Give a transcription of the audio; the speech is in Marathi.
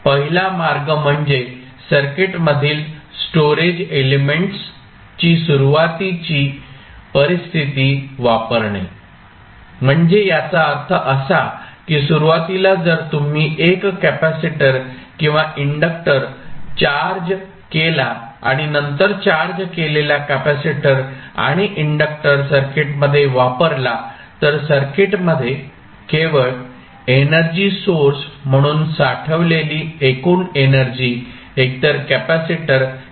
पहिला मार्ग म्हणजे सर्किट मधील स्टोरेज एलिमेंट्स ची सुरुवातीची परिस्थिती वापरणे म्हणजे याचा अर्थ असा की सुरुवातीला जर तुम्ही एक कॅपेसिटर किंवा इंडक्टर चार्ज केला आणि नंतर चार्ज केलेला कॅपेसिटर आणि इंडक्टर सर्किटमध्ये वापरला तर सर्किटमध्ये केवळ एनर्जी सोर्स म्हणून साठवलेली एकूण एनर्जी एकतर कॅपेसिटर किंवा इंडक्टर असेल